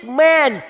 man